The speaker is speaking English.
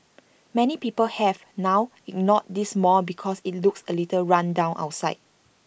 many people have now ignored this mall because IT looks A little run down outside